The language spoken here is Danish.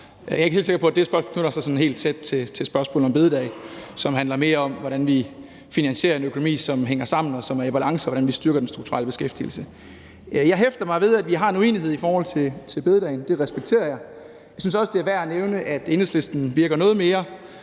meget store interesse – knytter sig særlig tæt til spørgsmålet om store bededag, som mere handler om, hvordan vi finansierer en økonomi, som hænger sammen og som er i balance, og hvordan vi styrker den strukturelle beskæftigelse. Jeg hæfter mig ved, at vi har en uenighed i forhold til store bededag, og det respekterer jeg. Jeg synes også, det er værd at nævne, at Enhedslisten virker noget mere